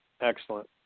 Excellent